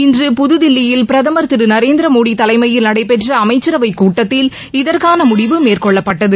இன்று புதுதில்லியில் பிரதமர் திரு நரேந்திர மோடி தலைமையில் நடைபெற்ற அமைச்சரவைக்கூட்டத்தில் இதற்கான முடிவு மேற்கொள்ளப்பட்டது